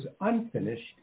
unfinished